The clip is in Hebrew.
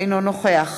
אינו נוכח